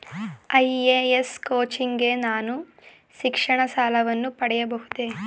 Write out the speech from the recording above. IAS coaching ಗೆ ನಾನು ಶಿಕ್ಷಣ ಸಾಲವನ್ನು ಪಡೆಯಬಹುದೇ?